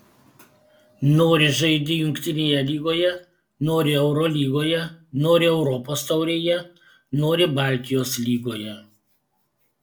nori žaidi jungtinėje lygoje nori eurolygoje nori europos taurėje nori baltijos lygoje